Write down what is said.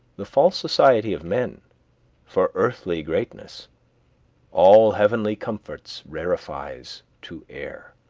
the false society of men for earthly greatness all heavenly comforts rarefies to air.